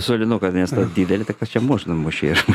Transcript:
sodinuką nes tą didelį tai kas čia muš nu muši